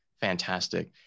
fantastic